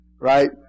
right